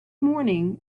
morning